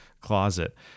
closet